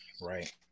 Right